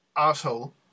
asshole